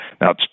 Now